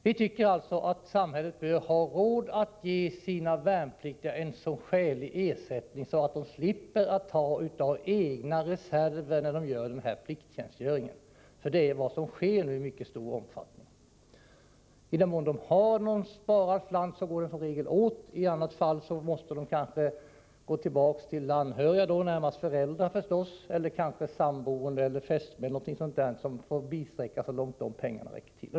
Vi tycker alltså att samhället bör ha råd att ge sina värnpliktiga en sådan ersättning att de slipper ta av egna reserver när de gör denna plikttjänstgöring, för det är vad som nu sker i mycket stor omfattning. I den mån de har någon sparad slant går den som regel åt. I annat fall måste de kanske gå tillbaka till anhöriga — närmast föräldrar — eller till sambo eller fästmö, som får bisträcka så långt deras pengar räcker.